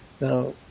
Now